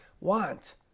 want